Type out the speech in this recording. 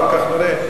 אחר כך נראה.